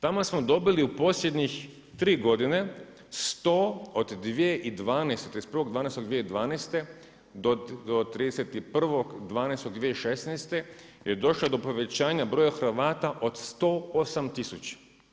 Tamo smo dobili u posljednjih tri godine 100 od 2012., 31.12.2012. do 31.12.2016. je došlo do povećanja broja Hrvata od 108 tisuća.